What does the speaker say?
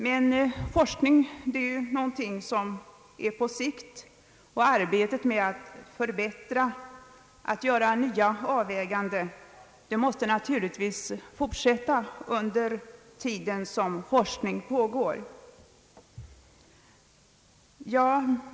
Men forskning är någonting som sker på längre sikt, under tiden måste arbetet med att förbättra och göra nya överväganden naturligtvis fortsätta.